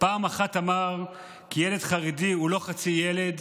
פעם אחת אמר כי ילד חרדי הוא לא חצי ילד,